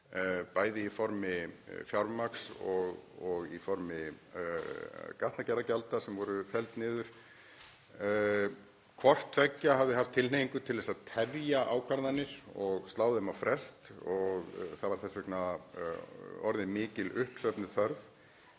bæði í formi fjármagns og í formi gatnagerðargjalda sem voru felld niður. Hvort tveggja hafði haft tilhneigingu til að tefja ákvarðanir og slá þeim á frest. Það var þess vegna orðin mikil uppsöfnuð þörf.